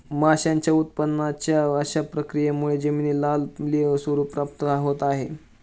माशांच्या उत्पादनाच्या अशा प्रक्रियांमुळे जमिनीला आम्लीय स्वरूप प्राप्त होत आहे